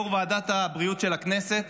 יו"ר ועדת הבריאות של הכנסת,